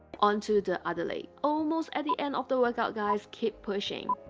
on to the other leg almost at the end of the workout guys, keep pushing